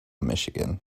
michigan